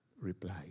Replied